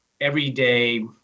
everyday